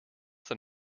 than